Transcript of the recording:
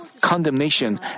condemnation